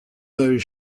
those